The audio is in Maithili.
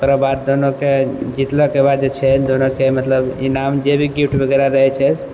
ओकरा बाद दोनोके जीतलाके बाद जे छै दोनोके मतलब इनाम जे भी गिफ्ट वगैरह रहैत छै